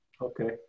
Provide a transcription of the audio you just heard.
Okay